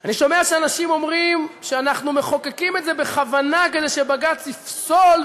אני שומע שאנשים אומרים שאנחנו מחוקקים את זה בכוונה כדי שבג"ץ יפסול,